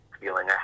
feeling